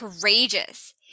courageous